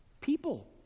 People